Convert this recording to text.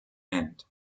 end